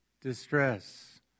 distress